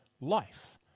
life